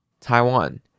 Taiwan